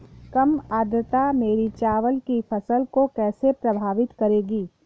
कम आर्द्रता मेरी चावल की फसल को कैसे प्रभावित करेगी?